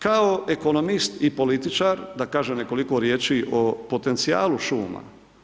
Kao ekonomist i političar da kažem nekoliko riječi o potencijalu šuma.